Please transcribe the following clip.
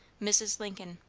mrs. lincoln.